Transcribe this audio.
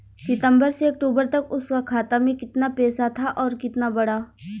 सितंबर से अक्टूबर तक उसका खाता में कीतना पेसा था और कीतना बड़ा?